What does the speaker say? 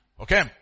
Okay